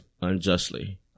unjustly